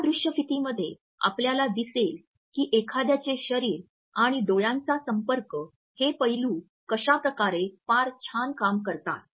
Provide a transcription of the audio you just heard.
या दृश्यफितीमध्ये आपल्याला दिसेल की एखाद्याचे शरीर आणि डोळ्यांचा संपर्क हे पैलू कशाप्रकारे फार छान काम करतात